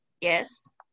Yes